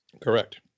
Correct